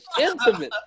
Intimate